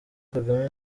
kagame